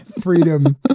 freedom